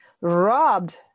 robbed